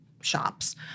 shops